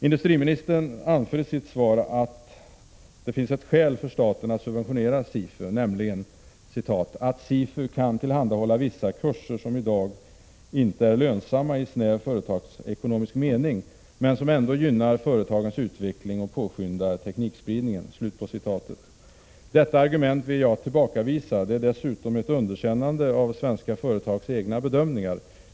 Industriministern anför i sitt svar ett skäl för staten att subventionera SIFU, nämligen att ”SIFU kan tillhandahålla vissa kurser som inte är lönsamma i snäv företagsekonomisk mening men som ändå gynnar företagens utveckling och påskyndar teknikspridningen”. Detta argument vill jag tillbakavisa. Det är dessutom ett underkännande av svenska företags egna bedömningar.